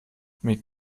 mit